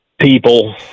People